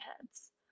heads